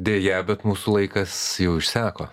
deja bet mūsų laikas jau išseko